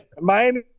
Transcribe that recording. Miami